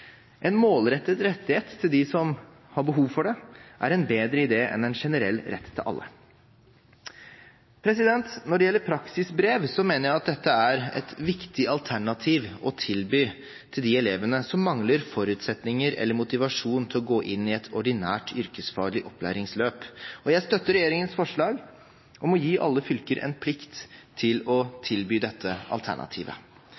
En målrettet rettighet til dem som har behov for det, er en bedre idé enn en generell rett til alle. Når det gjelder praksisbrev, mener jeg at dette er et viktig alternativ å tilby til de elevene som mangler forutsetninger for eller motivasjon til å gå inn i et ordinært yrkesfaglig opplæringsløp, og jeg støtter regjeringens forslag om å gi alle fylker en plikt til å